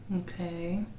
Okay